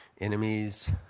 enemies